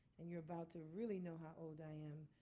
and you're about to really know how old i am